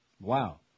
Wow